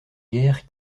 guère